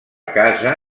casa